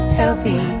healthy